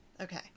Okay